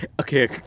Okay